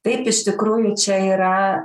taip iš tikrųjų čia yra